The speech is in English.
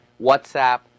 WhatsApp